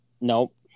Nope